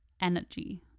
energy